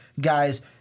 guys